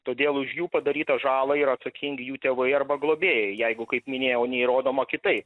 todėl už jų padarytą žalą yra atsakingi jų tėvai arba globėjai jeigu kaip minėjau neįrodoma kitaip